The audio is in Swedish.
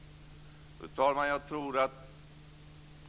Fru talman!